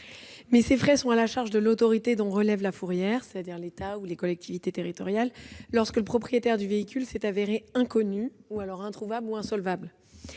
sont cependant à la charge de l'autorité dont relève la fourrière, c'est-à-dire l'État ou les collectivités territoriales, lorsque le propriétaire du véhicule s'avère inconnu, introuvable ou insolvable.